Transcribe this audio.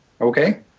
Okay